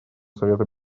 совета